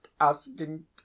asking